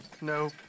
no